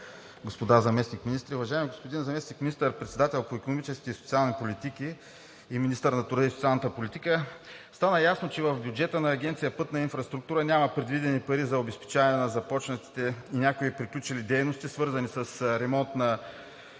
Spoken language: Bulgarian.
господа заместник-министри! Уважаеми господин заместник министър-председател по икономическите и социални политики и министър на труда и социалната политика, стана ясно, че в бюджета на Агенция „Пътна инфраструктура“ няма предвидени пари за обезпечаване на започнатите и някои приключили дейности, свързани с ремонт и поддръжка